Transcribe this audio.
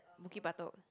Bukit-Batok